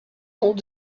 son